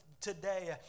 today